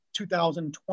2020